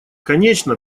конечно